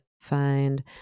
find